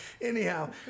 anyhow